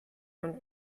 und